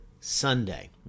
Sunday